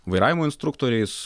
vairavimo instruktoriais